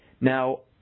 Now